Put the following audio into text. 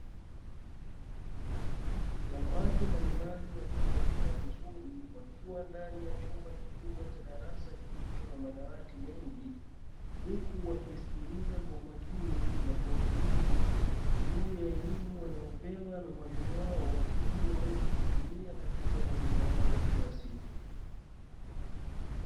Wanawake mbalimbali waliovalia vizuri wakiwa wakiwa ndani ya chumba kikubwa cha darasa, kilicho na madawati mengi huku wakisikiliza kwa umakini kwa utulivu juu ya elimu wanayopewa na mwalimu wao ili waweze kuitumia katika mazangira yao ya kila siku.